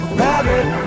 rabbit